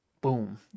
boom